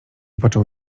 począł